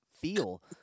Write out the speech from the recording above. Feel